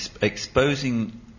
exposing